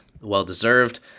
well-deserved